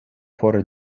por